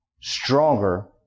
stronger